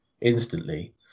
instantly